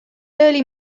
early